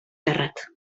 terrat